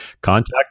Contact